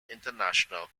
international